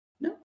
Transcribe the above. No